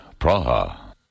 Praha